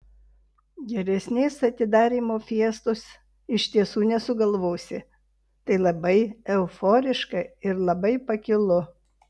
geresnės atidarymo fiestos iš tiesų nesugalvosi tai labai euforiška ir labai pakilu